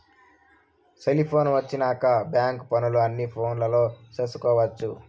cellphone వచ్చినాక bank పనులు అన్ని ఫోనులో చేసుకొవచ్చు